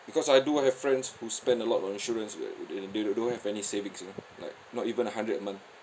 because I do have friends who spend a lot on insurance eh they they don't have any savings you know like not even a hundred a month